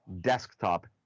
desktop